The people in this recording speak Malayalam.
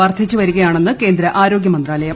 വർദ്ധിച്ചുവരികയാണെന്ന് കേന്ദ്ര ആരോഗൃമന്ത്രാലയം